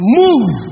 move